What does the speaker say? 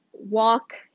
walk